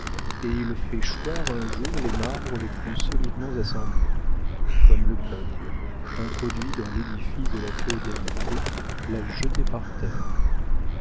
et il fait choir un jour les marbres les plus solidement assemblés comme le peuple introduit dans l'édifice de la féodalité l'a jeté par terre